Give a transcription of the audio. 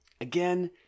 again